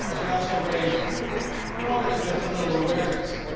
she also raised more than just a little awareness.